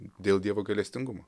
dėl dievo gailestingumo